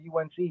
UNC